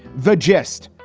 the gist?